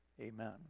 Amen